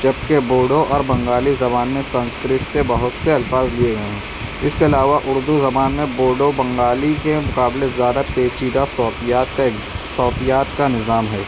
جب کہ بوڈو اور بنگالی زبان میں سنسکرت سے بہت سے الفاظ لیے ہیں اس کے علاوہ اردو زبان میں بوڈو بنگالی کے مقابلے زیادہ پیچیدہ صوتیات کا صوتیات کا نظام ہے